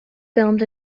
filmed